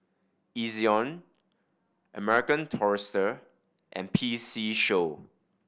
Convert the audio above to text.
Ezion American Tourister and P C Show